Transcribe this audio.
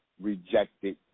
rejected